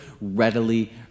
readily